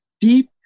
deep